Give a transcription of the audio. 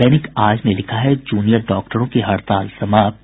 दैनिक आज ने लिखा है जूनियर डॉक्टरों की हड़ताल समाप्त